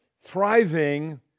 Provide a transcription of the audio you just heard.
Thriving